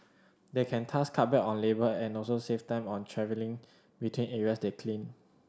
they can thus cut back on labour and also save time on travelling between areas they clean